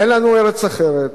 אין לנו ארץ אחרת,